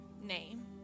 name